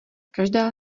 každá